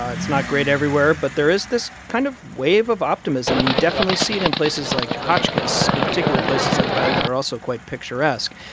it's not great everywhere. but there is this kind of wave of optimism. and you definitely see it in places like hotchkiss in particular, places like that that are also quite picturesque.